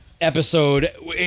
episode